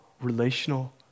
relational